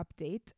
update